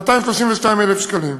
232,000 שקלים.